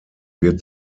wird